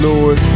Lord